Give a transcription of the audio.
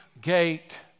gate